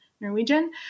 Norwegian